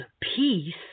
peace